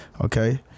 Okay